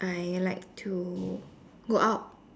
I like to go out